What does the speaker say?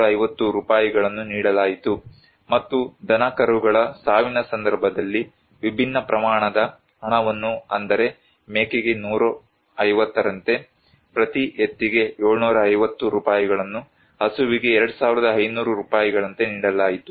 1250 ರೂಪಾಯಿಗಳನ್ನು ನೀಡಲಾಯಿತು ಮತ್ತು ದನಕರುಗಳ ಸಾವಿನ ಸಂದರ್ಭದಲ್ಲಿ ವಿಭಿನ್ನ ಪ್ರಮಾಣದ ಹಣವನ್ನು ಅಂದರೆ ಮೇಕೆಗೆ 150 ರಂತೆ ಪ್ರತಿ ಎತ್ತಿಗೆ 750 ರೂಪಾಯಿಗಳನ್ನು ಹಸುವಿಗೆ 2500 ರೂಪಾಯಿಗಳಂತೆ ನೀಡಲಾಯಿತು